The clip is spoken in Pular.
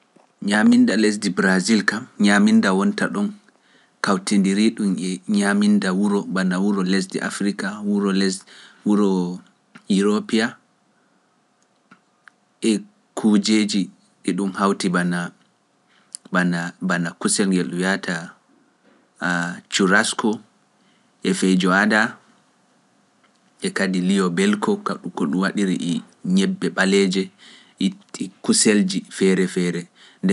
Nyaminda lesdi brazil kam ñaminda wonta ɗon kawtindiri ɗum e ñaminda wuro bana wuro lesdi Afrika wuro lesdi wuro Yeropia e kuujeji ɗum hawti bana bana bana kusel ngel wiwata ah cuuras ko e feijo ada e kadi liyo belko ka ɗum waɗira e ñebbe ɓaleeje e kuselji feere feere nde